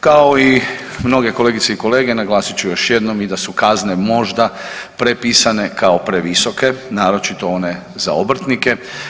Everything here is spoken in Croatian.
Kao i mnoge kolegice i kolege naglasit ću još jednom i da u kazne možda prepisane kao previsoke naročito one za obrtnike.